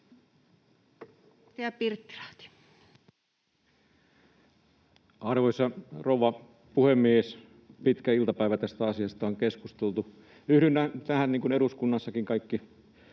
Content: Arvoisa rouva puhemies! Pitkä iltapäivä tästä asiasta on keskusteltu. Yhdyn, niin kuin eduskunnassa